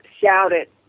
shouted